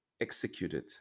executed